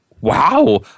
wow